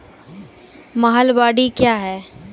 महलबाडी क्या हैं?